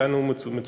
שהיה נאום מצוין,